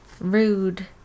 rude